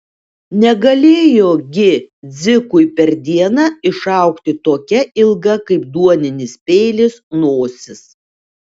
negalėjo gi dzikui per dieną išaugti tokia ilga kaip duoninis peilis nosis